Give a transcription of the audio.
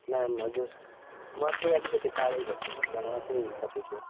नाम हजुर उहाँ चाहिँ अलिकति टाढै बस्नुहुन्छ उहाँ चाहिँ तपाईँको